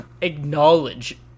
acknowledge